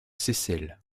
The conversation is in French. seyssel